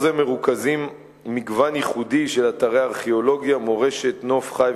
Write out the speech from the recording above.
רצוני לשאול: 1. מדוע חוות הגז טרם נסגרה?